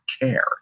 care